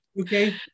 Okay